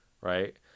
right